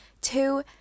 two